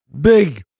Big